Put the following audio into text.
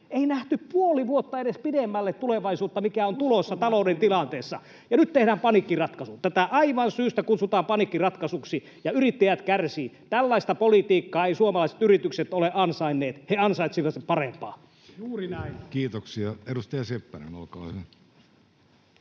ei nähty edes puolta vuotta pidemmälle tulevaisuutta, mikä on tulossa talouden tilanteessa, ja nyt tehdään paniikkiratkaisu. Tätä aivan syystä kutsutaan paniikkiratkaisuksi, ja yrittäjät kärsivät. Tällaista politiikkaa eivät suomalaiset yritykset ole ansainneet. He ansaitsisivat parempaa. Kiitoksia. — Edustaja Seppänen, olkaa hyvä.